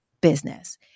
business